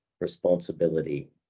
responsibility